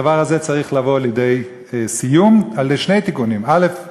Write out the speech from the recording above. הדבר הזה צריך לבוא לידי סיום על-ידי שני תיקונים: א.